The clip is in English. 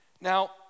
Now